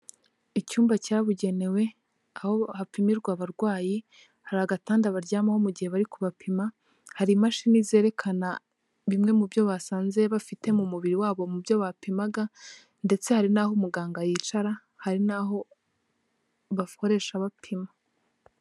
Icyumba cyabugenewe aho hapimirwa abarwayi, hari agatanda baryamaho mu gihe bari kubapima, hari imashini zerekana bimwe mu byo basanze bafite mu mubiri wabo mu byo bapimaga, ndetse hari n'aho umuganga yicara hari n'aho bakoresha bapima.